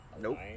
Nope